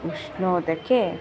उष्णोदके